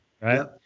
right